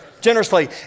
Generously